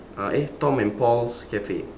uh eh tom and paul's cafe